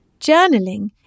Journaling